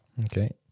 Okay